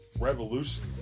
revolution